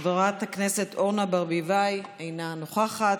חברת הכנסת אורנה ברביבאי, אינה נוכחת,